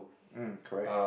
mm correct